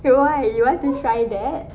why you want to try that